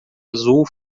azul